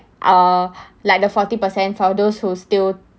uh like the forty percent for those who still